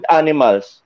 animals